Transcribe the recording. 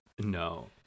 No